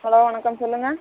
hello வணக்கம் சொல்லுங்கள்